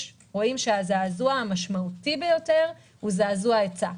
רואים שהזעזוע המשמעותי ביותר הוא זעזוע היצע,